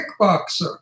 kickboxer